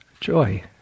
joy